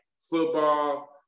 football